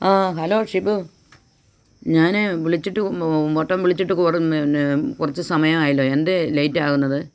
ആ ഹലോ ഷിബു ഞാന് വിളിച്ചിട്ട് ഓട്ടം വിളിച്ചിട്ട് കുറെ പിന്നെ കുറച്ച് സമയമായല്ലൊ എന്തേ ലേറ്റാകുന്നത്